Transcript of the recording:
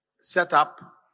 setup